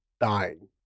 dying